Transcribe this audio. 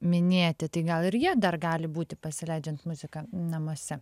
minėti tai gal ir jie dar gali būti pasileidžiant muziką namuose